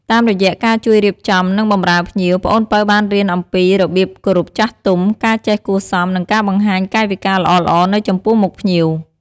តាមរយៈការជួយរៀបចំ និងបម្រើភ្ញៀវ ប្អូនពៅបានរៀនអំពីរបៀបគោរពចាស់ទុំ ការចេះគួរសម និងការបង្ហាញកាយវិការល្អៗនៅចំពោះមុខភ្ញៀវ។